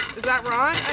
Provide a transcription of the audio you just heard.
is that wrong?